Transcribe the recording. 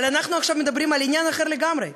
אבל אנחנו עכשיו מדברים על עניין אחר לגמרי.